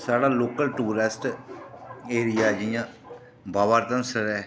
साढ़ा local tourist area ऐ जि'यां बाबा धनसर ऐ